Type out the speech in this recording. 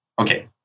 Okay